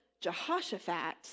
Jehoshaphat